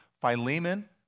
Philemon